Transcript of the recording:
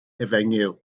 efengyl